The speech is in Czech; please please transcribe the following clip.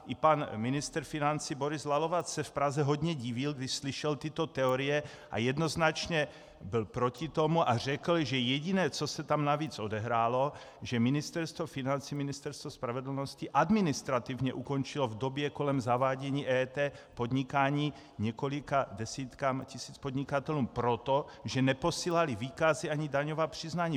I pan ministr financí Boris Lalovac se v Praze hodně divil, když slyšel tyto teorie, a jednoznačně byl proti tomu a řekl, že jediné, co se tam navíc odehrálo, že Ministerstvo financí, Ministerstvo spravedlnosti administrativně ukončilo v době kolem zavádění EET podnikání několika desítkám tisíc podnikatelů proto, že neposílali výkazy ani daňová přiznání.